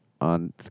on